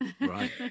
Right